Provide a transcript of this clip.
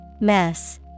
Mess